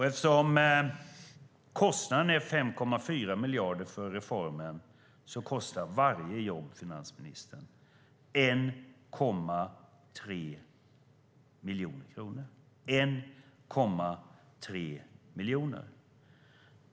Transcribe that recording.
Eftersom kostnaden för reformen är 5,4 miljarder, finansministern, kostar varje jobb 1,3 miljoner kronor!